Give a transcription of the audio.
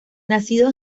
nacido